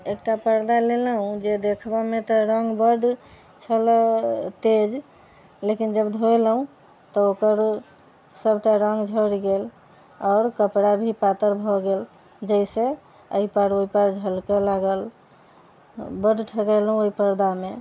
एकटा पर्दा लेलहुँ जे देखबेमे तऽ रङ्ग बड छलै तेज लेकिन जब धोलहुँ तऽ ओकर सबटा रङ्ग झड़ि गेल आओर कपड़ा भी पातर भए गेल जाहिसे एहि पार ओहि पार झलके लागल बड ठगेलहुँ ओहि पर्दामे